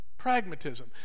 Pragmatism